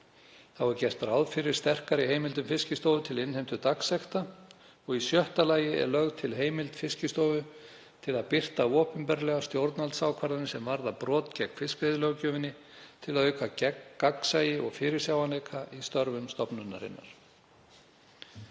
Þá er gert ráð fyrir sterkari heimildum Fiskistofu til innheimtu dagsekta og í sjötta lagi er lögð til heimild Fiskistofu til að birta opinberlega stjórnvaldsákvarðanir sem varða brot gegn fiskveiðilöggjöfinni til að auka gegn gagnsæi og fyrirsjáanleika í störfum stofnunarinnar.